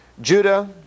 Judah